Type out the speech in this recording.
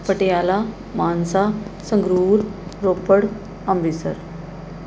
Patiala Mansa Sangrur Ropar Amritsar